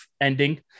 ending